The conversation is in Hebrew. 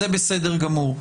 זה בסדר גמור,